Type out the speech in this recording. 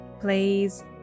please